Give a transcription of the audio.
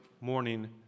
morning